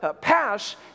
pass